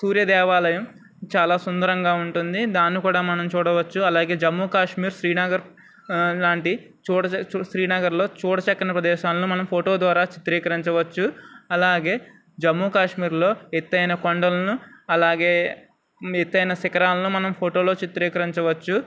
సూర్య దేవాలయం చాలా సుందరంగా ఉంటుంది దాన్ని కూడా మనం చూడవచ్చు అలాగే జమ్మూ కాశ్మీర్ శ్రీనగర్ లాంటి చూడ శ్రీనగర్లో చూడచక్కని ప్రదేశాలను మనం ఫోటో ద్వారా చిత్రీకరించవచ్చు అలాగే జమ్మూ కాశ్మీర్లో ఎత్తైన కొండలను అలాగే ఎత్తైన శిఖరాలను మనం ఫోటోలో చిత్రీకరించవచ్చు